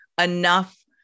enough